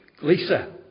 Lisa